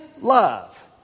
love